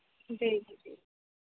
جی جی جی